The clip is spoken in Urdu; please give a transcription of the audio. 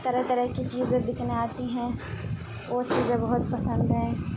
طرح طرح کی چیزیں بکنے آتی ہیں وہ چیزیں بہت پسند ہیں